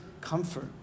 comfort